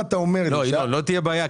לא תהיה בעיה,